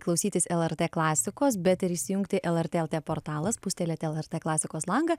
klausytis lrt klasikos bet ir įsijungti lrt portalas spūstelėti lrt klasikos langą